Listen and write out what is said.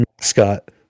Scott